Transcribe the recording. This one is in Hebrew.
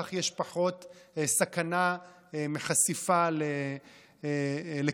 כך יש פחות סכנה מחשיפה לקרינה,